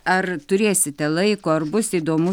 ar turėsite laiko ar bus įdomu